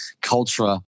culture